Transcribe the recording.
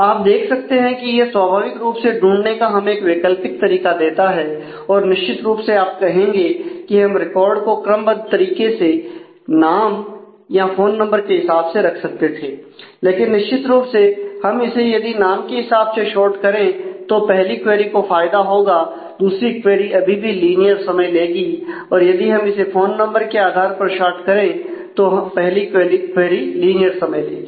आप देख सकते हैं कि यह स्वाभाविक रूप से ढूंढने का हमें एक वैकल्पिक तरीका देता है और निश्चित रूप से आप कहेंगे कि हम रिकॉर्ड को क्रमबद्ध तरीके से नाम या फोन नंबर के हिसाब से रख सकते थे लेकिन निश्चित रूप से हम इसे यदि नाम के हिसाब से शार्ट समय लेगी और यदि हम इसे फोन नंबर के आधार पर शार्ट करें तो पहली क्वेरी लीनियर समय लेगी